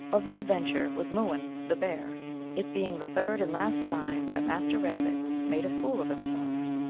of the adventure with mooin, the bear it being the third and last time that master rabbit made a fool of himself.